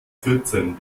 vierzehn